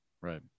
Right